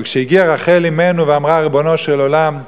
אבל כשהגיעה רחל אמנו ואמרה: ריבונו של עולם,